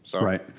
Right